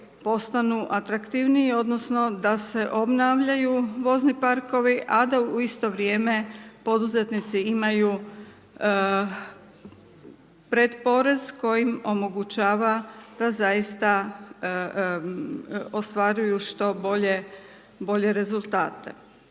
postanu atraktivniji odnosno da se obnavljaju vozni parkovi a da u isto vrijeme poduzetnici imaju pretporez koji im omogućava da zaista ostvaruju što bolje rezultate.